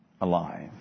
alive